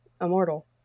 immortal